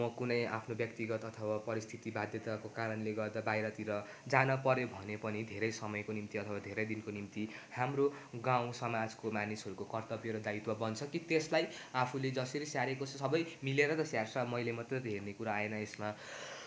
म कुनै आफ्नो व्यक्तिगत अथवा परिस्थिति बाध्यताको कारणले गर्दा बाहिरतिर जानपऱ्यो भने पनि धेरै समयको निम्ति अथवा धेरै दिनको निम्ति हाम्रो गाउँ समाजको मानिसहरूको कर्त्तव्य र दायित्व बन्छ कि त्यसलाई आफूले जसरी स्याहारेको छ सबै मिलेर त स्याहार्छ मैले मात्रै त हेर्ने कुरा आएन यसमा